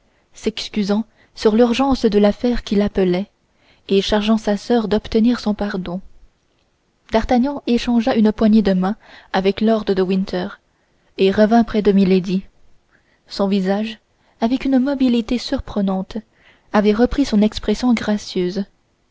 s'excusant sur l'urgence de l'affaire qui l'appelait et chargeant sa soeur d'obtenir son pardon d'artagnan échangea une poignée de main avec lord de winter et revint près de milady le visage de cette femme avec une mobilité surprenante avait repris son expression gracieuse